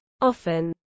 often